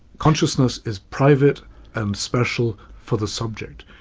consciousness is private and special for the subject.